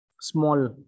small